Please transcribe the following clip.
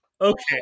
okay